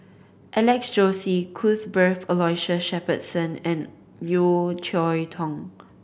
Alex Josey Cuthbert Aloysius Shepherdson and Yeo Cheow Tong